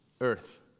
earth